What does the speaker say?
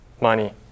money